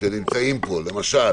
שנמצאים פה, למשל